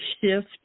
shift